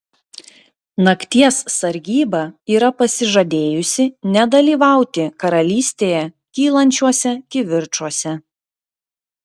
nakties sargyba yra pasižadėjusi nedalyvauti karalystėje kylančiuose kivirčuose